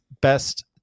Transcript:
best